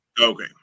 Okay